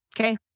Okay